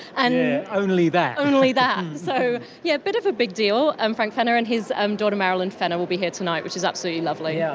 and only that. only that! so yeah a bit of a big deal, um frank fenner. and his um daughter marilyn fenner will be here tonight, which is absolutely lovely. yeah